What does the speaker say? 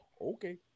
Okay